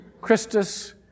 Christus